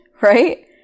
right